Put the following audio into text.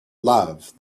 love